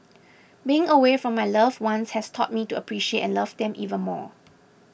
being away from my loved ones has taught me to appreciate and love them even more